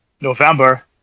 November